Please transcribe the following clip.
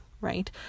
Right